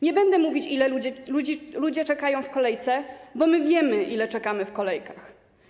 Nie będę mówić, ile czasu ludzie czekają w kolejce, bo my wiemy, ile czekamy w kolejkach.